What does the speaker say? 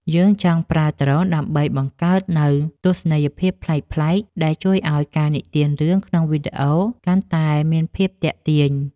យើងចង់ប្រើដ្រូនដើម្បីបង្កើតនូវទស្សនីយភាពប្លែកៗដែលជួយឱ្យការនិទានរឿងក្នុងវីដេអូកាន់តែមានភាពទាក់ទាញ។